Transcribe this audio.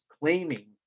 claiming